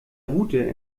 route